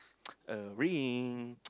a ring